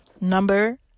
number